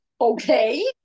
okay